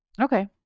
Okay